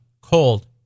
cold